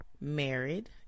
Married